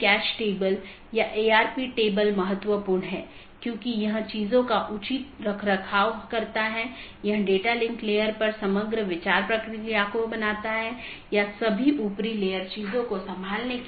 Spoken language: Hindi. कैसे यह एक विशेष नेटवर्क से एक पैकेट भेजने में मदद करता है विशेष रूप से एक ऑटॉनमस सिस्टम से दूसरे ऑटॉनमस सिस्टम में